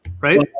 Right